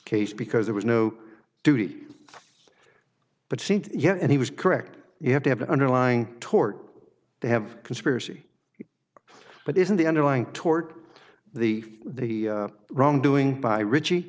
case because there was no duty but seen yet and he was correct you have to have an underlying tort they have conspiracy but isn't the underlying tort the the wrongdoing by richie